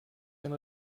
ein